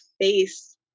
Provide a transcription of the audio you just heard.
face